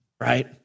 right